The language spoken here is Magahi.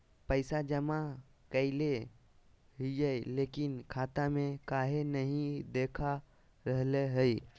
पैसा जमा कैले हिअई, लेकिन खाता में काहे नई देखा रहले हई?